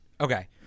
okay